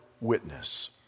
witness